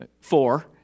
four